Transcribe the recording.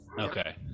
Okay